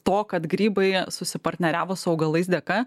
to kad grybai susipartneriavo su augalais dėka